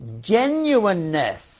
genuineness